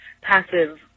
passive